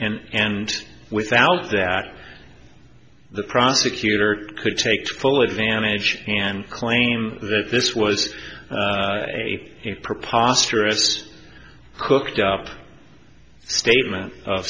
and and without that the prosecutor could take full advantage and claim that this was a preposterous cooked up statement of